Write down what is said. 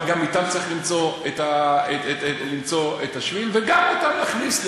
אבל גם אתן צריך למצוא את השביל וגם אותן להכניס,